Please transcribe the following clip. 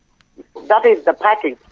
that is the package